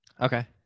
Okay